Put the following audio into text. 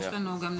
תודה.